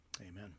Amen